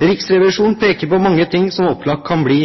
Riksrevisjonen peker på mange ting som opplagt kan bli